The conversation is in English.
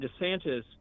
desantis